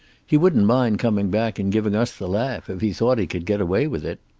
he wouldn't mind coming back and giving us the laugh, if he thought he could get away with it.